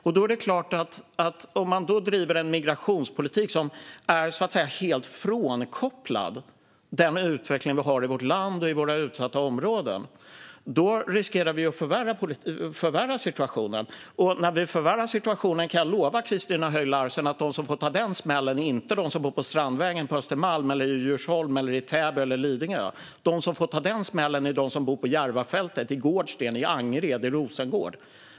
Om vi bedriver en migrationspolitik som är helt frånkopplad den utveckling vi har i vårt land och i våra utsatta områden riskerar vi ju att förvärra situationen. Jag kan lova Christina Höj Larsen att de som får ta smällen när vi förvärrar situationen inte är de som bor på Strandvägen, på Östermalm, i Djursholm, i Täby eller på Lidingö. De som får ta den smällen är de som bor på Järvafältet, i Gårdsten, i Angered eller i Rosengård.